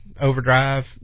overdrive